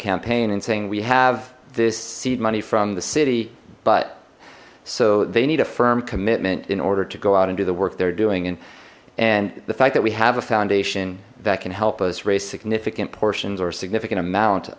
campaign and saying we have this seed money from the city but so they need a firm commitment in order to go out and do the work they're doing and the fact that we have a foundation that can help us raise significant portions or a significant amount